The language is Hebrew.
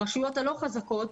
והרשויות הלא חזקות,